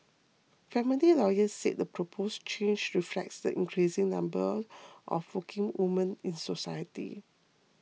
family lawyers said the proposed change reflects the increasing number of working women in society